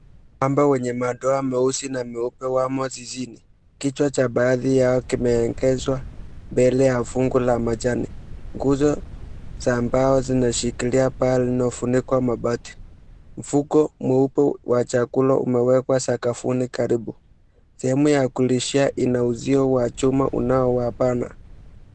Ng'ombe wenye madoa meusi na meupe wamo zizini. Kichwa cha baadhi yao kimeelekezwa mbele ya fungu la majani. Nguzo za mbao zinashikilia paa lililofunikwa mabati. Mfuko mweupe wa chakula umewekwa sakafuni karibu. Sehemu ya kulishia ina uzio wa chuma unaowabana.